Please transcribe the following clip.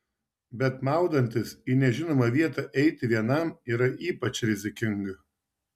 bet maudantis į nežinomą vietą eiti vienam yra ypač rizikinga